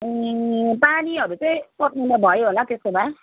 ए पानीहरू चाहिँ प्रबन्ध भयो होला त्यसो भए